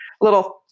little